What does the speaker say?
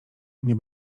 nie